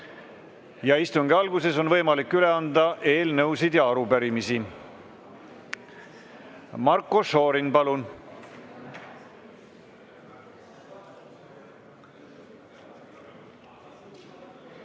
Istungi alguses on võimalik üle anda eelnõusid ja arupärimisi. Marko Šorin, palun!